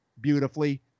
beautifully